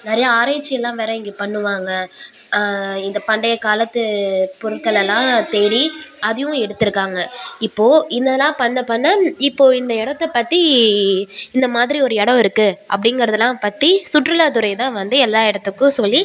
நிறைய ஆராய்ச்சியெல்லாம் வேற இங்கே பண்ணுவாங்க இந்த பண்டையக்காலத்து பொருட்களைல்லாம் தேடி அதையும் எடுத்துருக்காங்க இப்போது இந்த இதெல்லாம் பண்ண பண்ண இப்போது இந்த இடத்தப்பத்தி இந்தமாதிரி ஒரு இடம் இருக்குது அப்டிங்கிறதலாம் பற்றி சுற்றுலாத்துறைதான் வந்து எல்லா இடத்துக்கும் சொல்லி